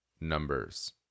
numbers